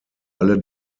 alle